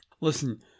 Listen